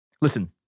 Listen